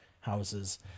houses